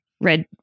red